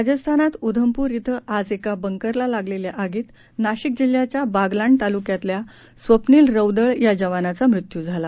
राजस्थानात उधमपुर इथं आज एका बंकर ला लागलेल्या आगीत नाशिक जिल्ह्याच्या बागलाण तालुक्यातल्या स्वप्नील रौदळ या जवानाचा मृत्यू झाला